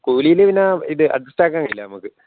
കൂലിയിൽ പിന്നെ ഇത് അഡ്ജസ്റ്റ് ആക്കാൻ കഴിയില്ല നമ്മൾക്ക്